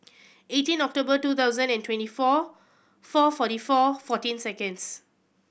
eighteen October two thousand and twenty four four forty four fourteen seconds